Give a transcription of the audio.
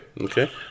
okay